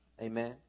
Amen